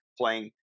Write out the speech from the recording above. Playing